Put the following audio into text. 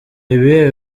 ibihe